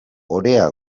orea